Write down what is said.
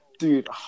Dude